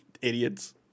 idiots